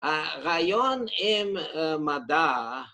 ‫הרעיון עם מדע...